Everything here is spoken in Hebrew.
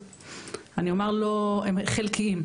אני אומר הם חלקיים,